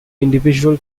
individual